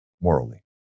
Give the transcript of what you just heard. morally